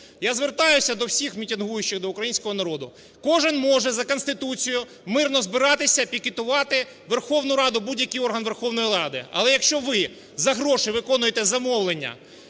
Я звертаюсь до всіхмітингуючих, до українського народу. Кожен може за Конституцією мирно збиратися, пікетувати Верховну Раду, будь-який орган Верховної Ради. Але, якщо ви за гроші виконуєте замовлення